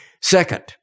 Second